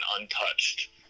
untouched